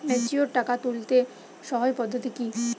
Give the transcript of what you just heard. Mature টাকা তুলতে সহজ পদ্ধতি কি?